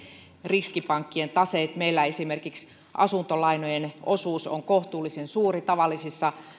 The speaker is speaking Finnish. riskipankkien taseet meillä esimerkiksi asuntolainojen osuus on kohtuullisen suuri